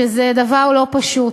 שזה דבר לא פשוט.